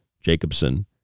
Jacobson